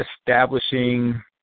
establishing